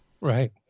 right